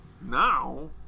Now